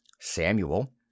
Samuel